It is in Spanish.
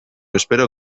espero